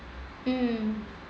mm